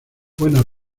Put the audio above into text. buenas